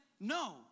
no